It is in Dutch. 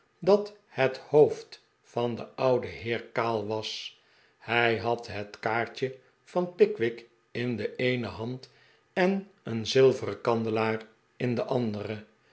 dat het hoofd van den ouden heer kaal was hij had het kaartje van pickwick in de eene hand en een zilveren kandelaar in de andere